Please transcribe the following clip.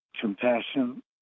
compassion